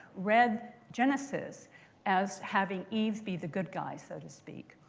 read genesis as having eve be the good guy, so to speak.